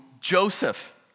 Joseph